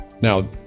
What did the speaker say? now